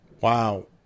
Wow